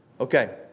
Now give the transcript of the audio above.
Okay